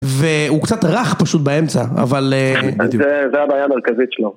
והוא קצת רך פשוט באמצע, אבל... אז זו הבעיה המרכזית שלו.